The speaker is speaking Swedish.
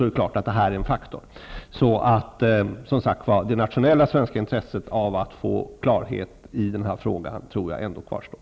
Det nationella svenska intresset att få klarhet i denna fråga kvarstår.